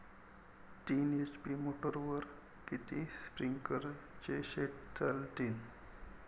तीन एच.पी मोटरवर किती स्प्रिंकलरचे सेट चालतीन?